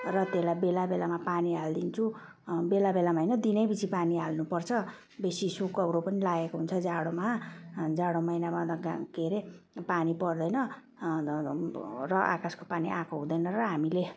र त्यसलाई बेला बेलामा पानी हालिदिन्छु बेला बेलामा होइन दिनैपिछे पानी हाल्नुपर्छ बेसी सुकौरो पनि लागेको हुन्छ जाडोमा जाडो महिनामा घाम के अरे पानी पर्दैन र आकाशको पानी आएको हुँदैन र हामीले